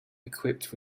equipped